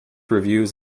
reviews